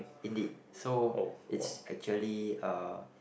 indeed so it's actually a